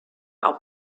auch